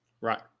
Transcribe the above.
right